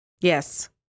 Yes